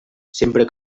sempre